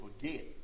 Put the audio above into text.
forget